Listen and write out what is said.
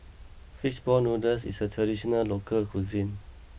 Fish Ball Noodles is a traditional local cuisine